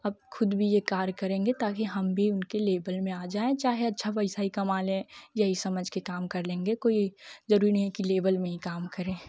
अब खुद भी यह कार्य करेंगे ताकि हम भी उनके लेबल में आ जाएँ चाहे अच्छा पैसा ही कमा लें यही समझकर काम कर लेंगे कोई ज़रुरी नहीं की लेबल में ही काम करें